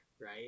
right